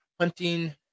hunting